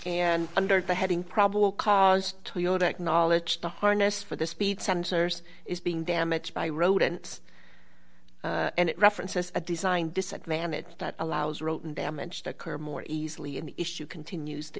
and under the heading probable cause toyota acknowledged the harness for the speed sensors is being damaged by rodents and it references a design disadvantage that allows rotten damage that occurred more easily in the issue continues to